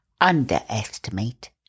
underestimate